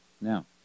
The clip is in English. Now